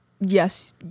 Yes